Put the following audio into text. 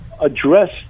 address